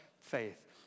faith